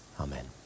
Amen